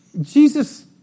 Jesus